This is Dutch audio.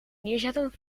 neerzetten